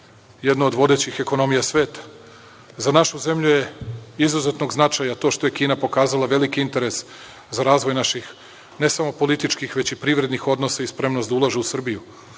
jednu od vodećih ekonomija sveta. Za našu zemlju je od izuzetnog značaja to što je Kina pokazala veliki interes za razvoj naših ne samo političkih, već i privrednih odnosa i spremna je da ulaže u Srbiju.